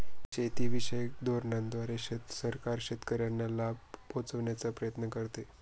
शेतीविषयक धोरणांद्वारे सरकार शेतकऱ्यांना लाभ पोहचवण्याचा प्रयत्न करते